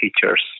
teachers